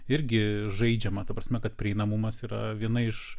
irgi žaidžiama ta prasme kad prieinamumas yra viena iš